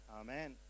Amen